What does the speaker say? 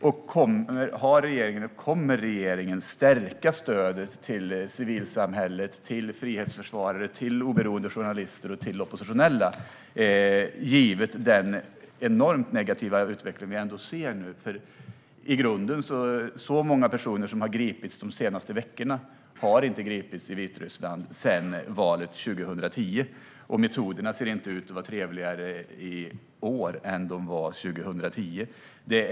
Och kommer regeringen att stärka stödet till civilsamhället, frihetsförsvarare, oberoende journalister och oppositionella givet den enormt negativa utveckling som vi ser nu? Så många personer som har gripits de senaste veckorna har inte gripits i Vitryssland sedan valet 2010, och metoderna ser inte ut att vara trevligare i år än de var 2010.